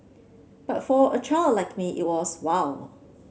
but for a child like me it was wow